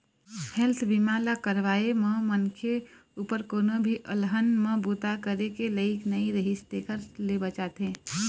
health बीमा ल करवाए म मनखे उपर कोनो भी अलहन म बूता करे के लइक नइ रिहिस तेखर ले बचाथे